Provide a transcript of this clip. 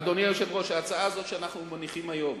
אדוני היושב-ראש, ההצעה הזאת שאנחנו מניחים היום